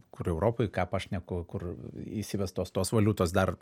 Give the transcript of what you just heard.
kur europoj ką pašneku kur įsivestos tos valiutos dar